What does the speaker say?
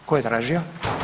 Tko je tražio?